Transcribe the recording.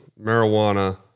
marijuana